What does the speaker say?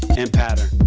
and pattern.